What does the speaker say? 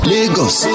Lagos